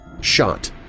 shot